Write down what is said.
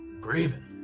Graven